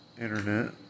internet